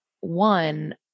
one